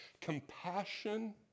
compassion